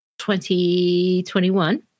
2021